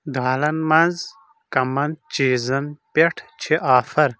دالن منٛز کمن چیٖزن پٮ۪ٹھ چھِ آفر ؟